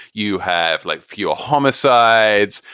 you have like fewer homicides.